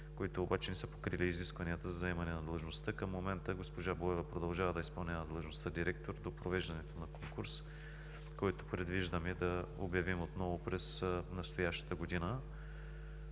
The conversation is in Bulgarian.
които не са покрили изискванията за заемане на длъжността. Към момента госпожа Боева продължава да изпълнява длъжността директор до провеждането на конкурса, който предвиждаме да обявим отново през настоящата година.